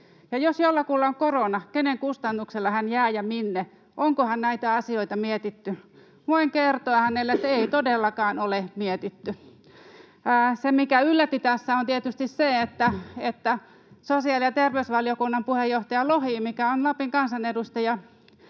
jos jollakulla on korona, kenen kustannuksella hän jää ja minne? Onkohan näitä asioita mietitty?” Voin kertoa hänelle, että ei todellakaan ole mietitty. Se, mikä yllätti tässä, on tietysti se, että sosiaali- ja terveysvaliokunnan puheenjohtaja Lohi, joka on Lapin kansanedustaja